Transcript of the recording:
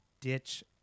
ditch